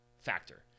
factor